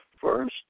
first